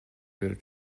берип